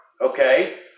okay